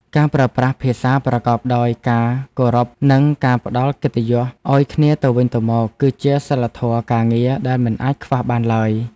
ការប្រើប្រាស់ភាសាប្រកបដោយការគោរពនិងការផ្តល់កិត្តិយសឱ្យគ្នាទៅវិញទៅមក គឺជាសីលធម៌ការងារដែលមិនអាចខ្វះបានឡើយ។